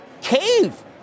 Cave